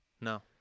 No